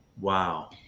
Wow